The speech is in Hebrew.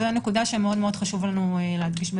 זו נקודה שחשוב לנו מאוד להדגיש.